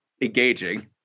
engaging